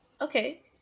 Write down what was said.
okay